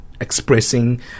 expressing